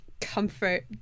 comfort